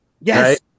Yes